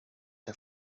der